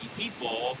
people